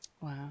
Wow